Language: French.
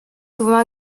souvent